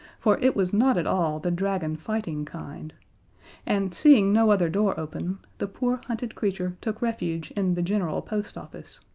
for it was not at all the dragon-fighting kind and, seeing no other door open, the poor, hunted creature took refuge in the general post office,